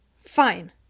fine